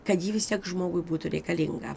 kad ji vis tiek žmogui būtų reikalinga